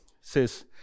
says